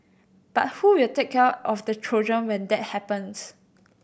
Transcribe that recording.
but who will take care of the children when that happens